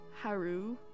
Haru